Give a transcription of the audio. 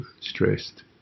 stressed